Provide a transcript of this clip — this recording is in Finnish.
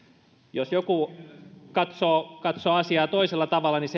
jos joku katsoo katsoo asiaa toisella tavalla niin